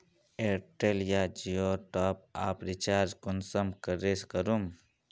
Airtel या जियोर top आप रिचार्ज कुंसम करे करूम?